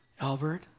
Albert